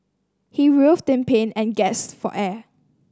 he writhed in pain and gasped for air